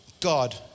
God